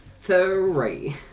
Three